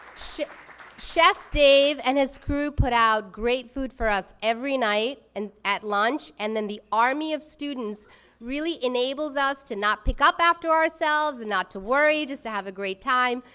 chef chef dave and his crew put out great food for us every night and at lunch. and then the army of students really enables us to not pick up after ourselves and not to worry, just to have a great time.